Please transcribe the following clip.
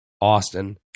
Austin